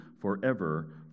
forever